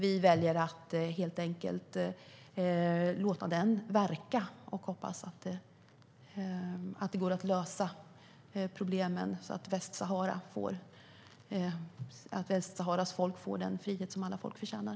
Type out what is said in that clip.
Vi väljer helt enkelt att låta den verka och hoppas att problemen går att lösa så att Västsaharas folk får den frihet som alla folk förtjänar.